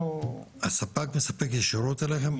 הספק מספק ישירות אליכם?